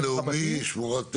גן לאומי, שמורות טבע.